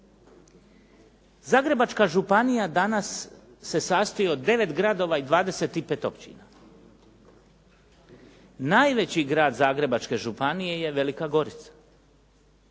Zagrebačka županija danas se sastoji od 9 gradova i 25 općina. Najveći grad Zagrebačke županije je Velika Gorica.